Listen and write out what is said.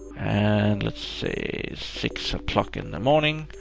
and let's say six o'clock in the morning